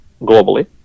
globally